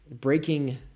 breaking